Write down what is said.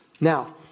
Now